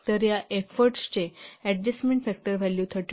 तर या एफोर्टचे अडजस्टमेन्ट फॅक्टर व्हॅल्यू 32